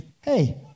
hey